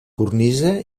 cornisa